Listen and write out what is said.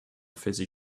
fizzy